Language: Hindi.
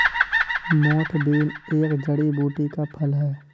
मोठ बीन एक जड़ी बूटी का फल है